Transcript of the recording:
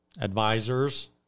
advisors